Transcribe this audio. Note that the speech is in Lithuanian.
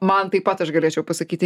man taip pat aš galėčiau pasakyti